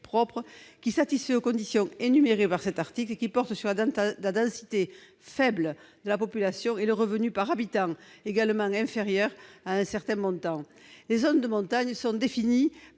propre qui satisfait aux conditions énumérées par cet article, lesquelles portent sur la densité- faible -de la population et le revenu par habitant, qui doit être inférieur à un certain montant. Les zones de montagne sont définies